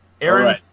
Aaron